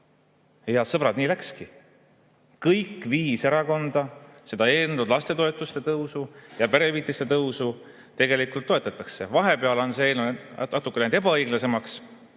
sõbrad! Nii läkski. Kõik viis erakonda seda eelnõu, lastetoetuste ja perehüvitiste tõusu tegelikult toetavad. Vahepeal on see eelnõu läinud natukene ebaõiglasemaks.